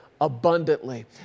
abundantly